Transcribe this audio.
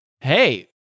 hey